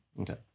Okay